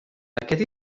aquest